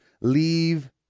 leave